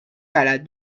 بلد